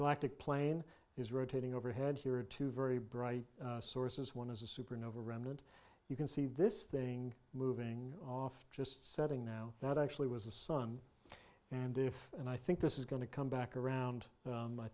galactic plane is rotating overhead here are two very bright sources one is a supernova remnant you can see this thing moving off just setting now that actually was the sun and if and i think this is going to come back around